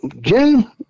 June